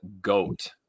goat